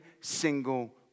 single